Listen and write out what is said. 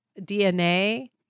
DNA